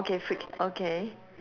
okay fric~ okay